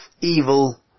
evil